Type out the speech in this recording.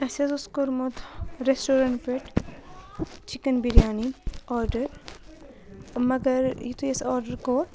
اَسہِ حظ اوس کوٚرمُت رٮ۪سٹورَنٛٹ پٮ۪ٹھ چِکَن بِریانی آرڈَر مگر یُتھُے اَسہِ آرڈَر کوٚر